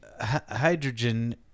hydrogen